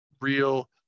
real